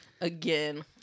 Again